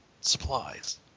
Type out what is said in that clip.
supplies